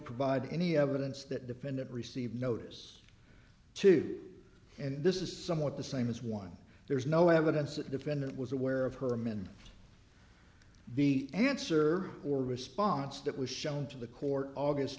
provide any evidence that defendant received notice to and this is somewhat the same as one there's no evidence that defendant was aware of her man the answer or response that was shown to the court august